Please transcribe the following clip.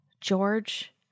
george